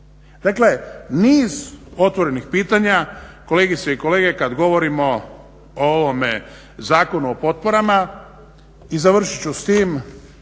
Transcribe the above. Dakle niz otvorenih pitanja kolegice i kolege kada govorimo o ovome Zakonu o potporama i završit ću s tim,